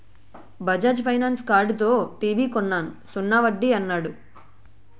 Bajaj finance కార్డుతో TV కొన్నాను సున్నా వడ్డీ యన్నాడు